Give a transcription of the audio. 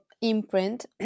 imprint